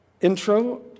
intro